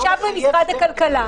ישבנו עם אנשי משרד הכלכלה.